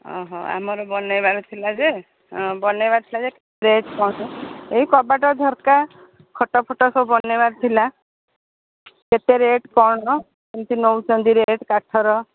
ଅହ ଆମର ବନେଇବାର ଥିଲା ଯେ ହଁ ବନେଇବାର ଥିଲା ଯେ ଏଇ କବାଟ ଝରକା ଖଟ ଫଟ ସବୁ ବନେଇବାର ଥିଲା କେତେ ରେଟ୍ କ'ଣ କେମିତି ନେଉଛନ୍ତି ରେଟ୍ କାଠର